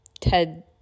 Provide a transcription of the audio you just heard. Ted